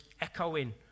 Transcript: echoing